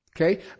Okay